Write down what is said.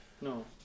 No